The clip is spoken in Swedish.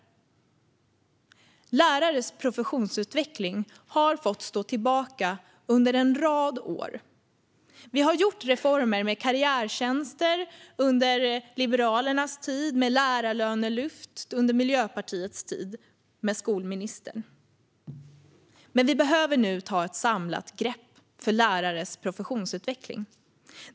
Lärares professionsutveckling har fått stå tillbaka under en rad år. Skolministrar har gjort reformer - karriärtjänster under Liberalernas tid och lärarlönelyft under Miljöpartiets tid - men nu behöver vi ta ett samlat grepp för lärares professionsutveckling.